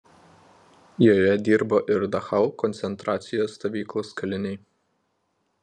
joje dirbo ir dachau koncentracijos stovyklos kaliniai